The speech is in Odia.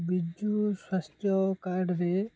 ବିଜୁ ସ୍ୱାସ୍ଥ୍ୟ କାର୍ଡ଼ରେ